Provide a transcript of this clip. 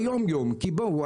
ביום-יום כי בואו,